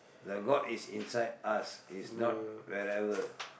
the god is inside us he's not wherever